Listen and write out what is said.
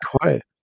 quiet